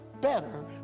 better